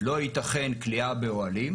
לא יתכן כליאה באוהלים.